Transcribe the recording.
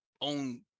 own